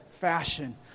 fashion